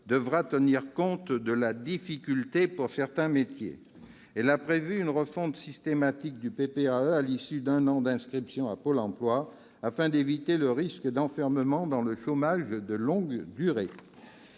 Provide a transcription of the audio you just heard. devra tenir compte de la difficulté de recrutement pour certains métiers. Elle a prévu une refonte systématique du PPAE à l'issue d'un an d'inscription à Pôle emploi, afin d'éviter le risque d'enfermement dans le chômage de longue durée.